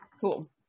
Cool